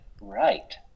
right